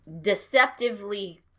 deceptively